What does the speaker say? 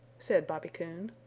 said bobby coon.